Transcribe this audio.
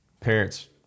parents